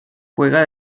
juega